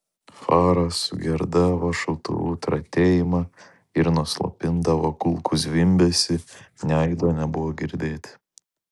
fara sugerdavo šautuvų tratėjimą ir nuslopindavo kulkų zvimbesį nė aido nebuvo girdėti